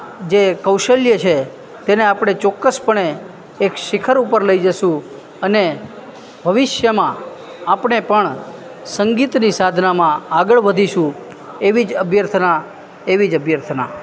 જે કૌશલ્ય છે તેને આપણે ચોક્કસપણે એક શિખર ઉપર લઈ જશું અને ભવિષ્યમાં આપણે પણ સંગીતની સાધનામાં આગળ વધીશું એવી જ અભ્યર્થના એવી જ અભ્યર્થના